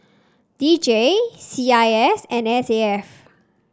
D J C I S and S A F